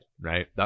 right